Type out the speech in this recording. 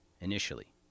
Initially